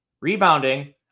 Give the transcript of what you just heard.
Rebounding